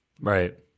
right